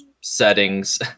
settings